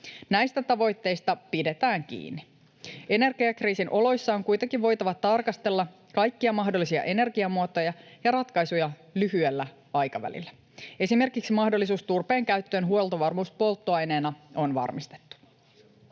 Näistä tavoitteista pidetään kiinni. Energiakriisin oloissa on kuitenkin voitava tarkastella kaikkia mahdollisia energiamuotoja ja ratkaisuja lyhyellä aikavälillä. Esimerkiksi mahdollisuus turpeen käyttöön huoltovarmuuspolttoaineena on varmistettu.